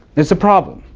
that's a problem.